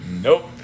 Nope